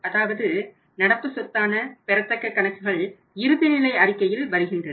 அதாவது நடப்பு சொத்தான பெறத்தக்க கணக்குகள் இறுதி நிலை அறிக்கையில் வருகின்றது